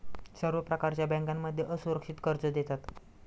सर्व प्रकारच्या बँकांमध्ये असुरक्षित कर्ज देतात